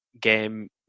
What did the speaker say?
game